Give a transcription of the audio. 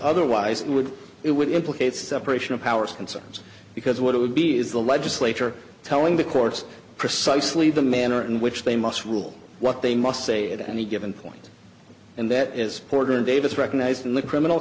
otherwise it would it would implicate separation of powers concerns because what it would be is the legislature telling the courts precisely the manner in which they must rule what they must say at any given point and that is ordered davis recognized in the criminal